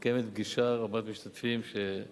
מתקיימת פגישה רבת משתתפים עם